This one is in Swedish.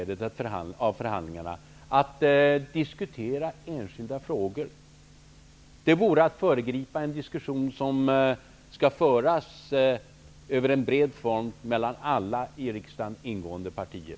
Det vore att föregripa en diskussion som skall föras över en bred front mellan alla i riksdagen ingående partier.